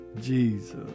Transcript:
Jesus